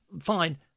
fine